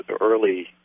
early